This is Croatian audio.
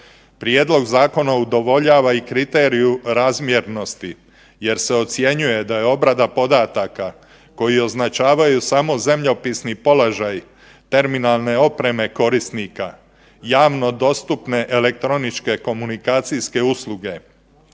Prijedlog zakona udovoljava i kriteriju razmjernosti jer se ocjenjuje da je obrada podataka koju označavaju samo zemljopisni položaji terminalne opreme korisnika javno dostupne elektroničke komunikacijske usluge